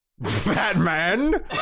Batman